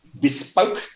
bespoke